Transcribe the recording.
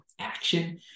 action